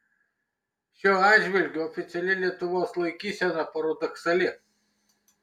šiuo atžvilgiu oficiali lietuvos laikysena paradoksali